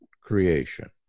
creation